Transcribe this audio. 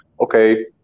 okay